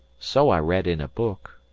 so i read in a book.